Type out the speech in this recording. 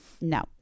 no